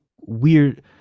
weird